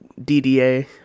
DDA